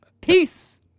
Peace